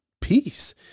peace